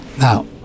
Now